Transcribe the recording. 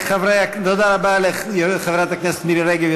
תודה רבה לחברת הכנסת מירי רגב,